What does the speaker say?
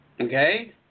okay